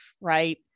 right